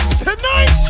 tonight